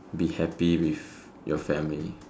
be happy with your family